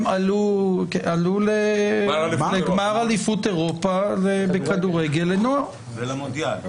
הם עלו לגמר אליפות אירופה בכדורגל לנוער ולמונדיאל.